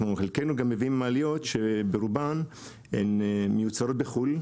חלקנו גם מביאים מעליות שברובן הן מיוצרות בחול,